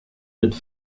with